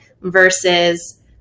versus